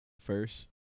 first